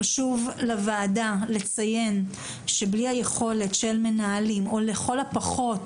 חשוב לוועדה לציין שצריכה להיות יכולת של מנהלים או לכל הפחות